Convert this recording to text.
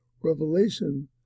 revelation